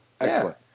excellent